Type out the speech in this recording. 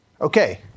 Okay